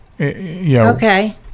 Okay